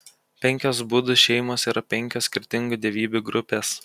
penkios budų šeimos yra penkios skirtingų dievybių grupės